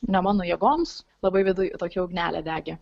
ne mano jėgoms labai viduj tokia ugnelė degė